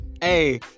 Hey